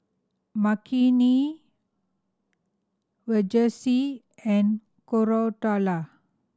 Makineni Verghese and Koratala